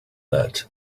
that